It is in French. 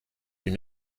une